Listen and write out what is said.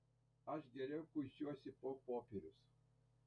aš geriau kuisiuosi po popierius